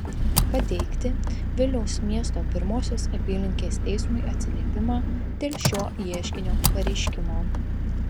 pateikti vilniaus miesto pirmosios apylinkės teismui atsiliepimą dėl šio ieškininio pareiškimo